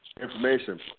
information